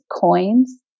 coins